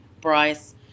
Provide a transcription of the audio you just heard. Bryce